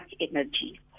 energy